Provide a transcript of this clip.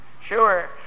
sure